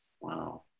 Wow